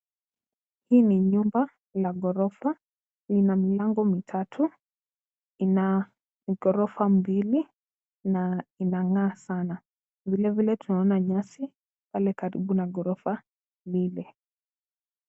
Hii ni nyumba la ghorofa. Lina milango mitatu. Ina ghorofa mbili na inang'aa sana. Vilevile tunaona nyasi pale karibu na ghorofa lile.